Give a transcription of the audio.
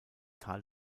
tal